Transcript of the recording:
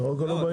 מרוקו לא באים.